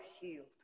healed